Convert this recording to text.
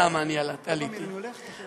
לצטט כמה מחברי בליכוד שבמהלך השנים התחרו